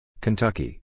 Kentucky